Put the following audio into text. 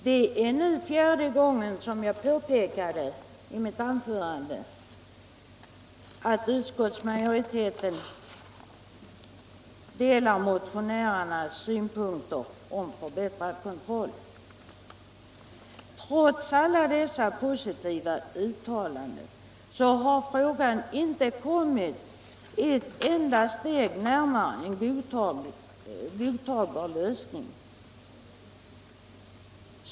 Det är nu fjärde gången som jag här påpekar att utskottsmajoriteten delar motionärernas syn på förbättrad kontroll. Trots alla dessa positiva uttalanden har frågan inte kommit ett enda steg närmare en godtagbar lösning.